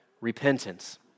repentance